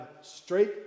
straight